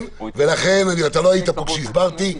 לא היית פה כשהסברתי.